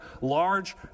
large